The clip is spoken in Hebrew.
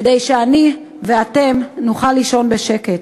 כדי שאני ואתם נוכל לישון בשקט.